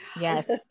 Yes